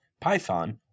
Python